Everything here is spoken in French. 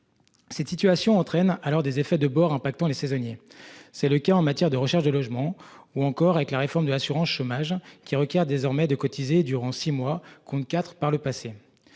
Cette situation entraîne alors des effets de bord impactant les saisonniers. C'est le cas en matière de recherche de logement ou encore avec la réforme de l'assurance chômage qui requiert désormais de cotiser durant 6 mois qu'on ne IV par le passé.